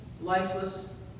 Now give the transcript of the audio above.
lifeless